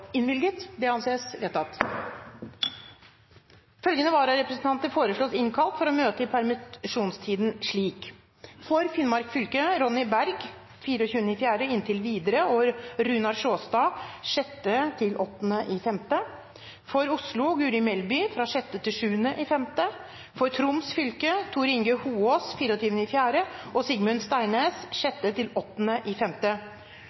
innvilget. – Det anses vedtatt. Følgende vararepresentanter innkalles for å møte i permisjonstiden: For Finnmark fylke: Ronny Berg 24. april og inntil videre, og Runar Sjåstad 6.–8. mai For Oslo: Guri Melby 6.–7. mai For Troms fylke: Tor Inge Hoaas 24. april og Sigmund Steinnes